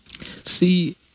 See